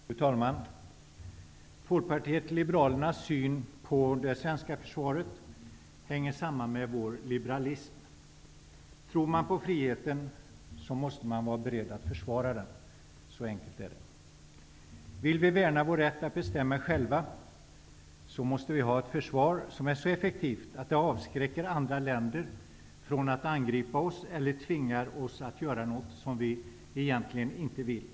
Fru talman! Folkpartiet liberalernas syn på det svenska försvaret hänger samman med liberalismen. Tror man på friheten, måste man vara beredd att försvara den. Så enkelt är det. Vill vi värna vår rätt att bestämma själva, måste vi ha ett försvar som är så effektivt att det avskräcker andra länder från att angripa oss eller tvingar oss att göra något vi egentligen inte vill.